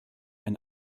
ein